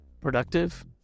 productive